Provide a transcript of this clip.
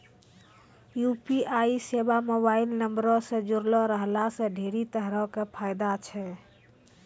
UPI सेबा mobile नंबरो से जुड़लो रहला से ढेरी तरहो के फायदा छै